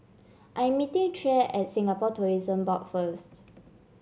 I am meeting Tre at Singapore Tourism Board first